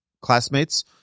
classmates